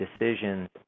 decisions